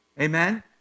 Amen